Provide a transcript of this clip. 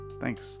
Thanks